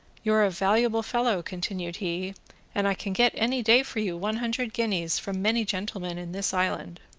you are a valuable fellow continued he and i can get any day for you one hundred guineas, from many gentlemen in this island